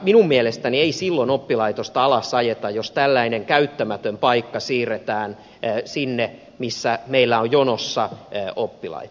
minun mielestäni ei silloin oppilaitosta alasajeta jos tällainen käyttämätön paikka siirretään sinne missä meillä on jonossa oppilaita